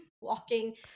walking